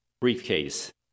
briefcase